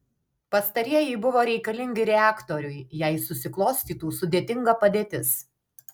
pastarieji buvo reikalingi reaktoriui jei susiklostytų sudėtinga padėtis